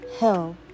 hell